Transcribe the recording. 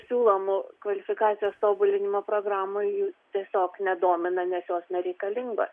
siūlomų kvalifikacijos tobulinimo programų jų tiesiog nedomina nes jos nereikalingos